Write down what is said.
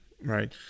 Right